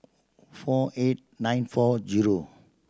four eight nine four zero